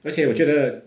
而且我觉得